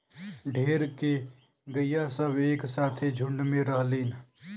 ढेर के गइया सब एक साथे झुण्ड में रहलीन